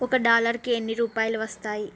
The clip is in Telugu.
ఒక డాలర్కి ఎన్ని రూపాయలు వస్తాయి